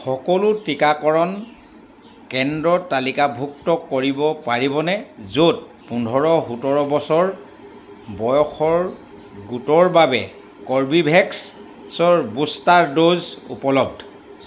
সকলো টীকাকৰণ কেন্দ্ৰ তালিকাভুক্ত কৰিব পাৰিবনে য'ত পোন্ধৰ সোতৰ বছৰ বয়সৰ গোটৰ বাবে কৰ্বীভেক্সৰ বুষ্টাৰ ড'জ উপলব্ধ